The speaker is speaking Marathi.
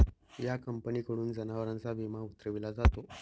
या कंपनीकडून जनावरांचा विमा उतरविला जातो